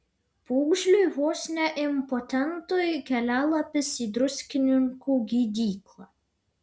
pūgžliui vos ne impotentui kelialapis į druskininkų gydyklą